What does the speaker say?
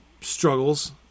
struggles